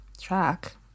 track